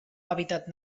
hàbitat